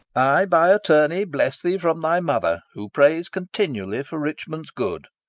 i, by attorney, bless thee from thy mother, who prays continually for richmond's good.